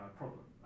problem